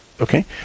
Okay